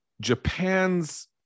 Japan's